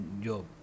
job